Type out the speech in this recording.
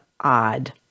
odd